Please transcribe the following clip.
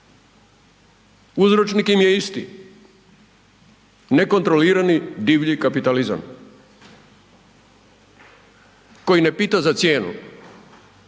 Uzročnik im je isti. Nekontrolirani divlji kapitalizam koji ne pita za cijenu